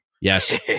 yes